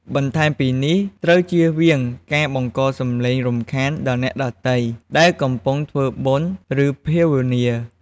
បន្ថែមពីនេះ ត្រូវចៀសវាងការបង្ករសំឡេងរំខានដល់អ្នកដទៃ ដែលកំពុងធ្វើបុណ្យ ឬភាវនា។